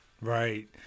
Right